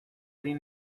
این